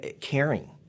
caring